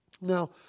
Now